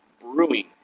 brewing